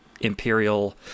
Imperial